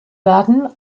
werden